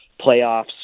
playoffs